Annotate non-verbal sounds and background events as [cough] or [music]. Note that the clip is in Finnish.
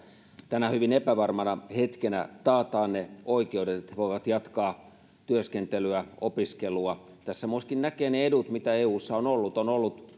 tänä hyvin epävarmana hetkenä taataan ne oikeudet että he voivat jatkaa työskentelyä opiskelua tässä myöskin näkee ne edut mitä eussa on ollut on ollut [unintelligible]